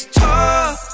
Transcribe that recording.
talk